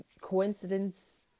coincidence